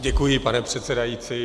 Děkuji, pane předsedající.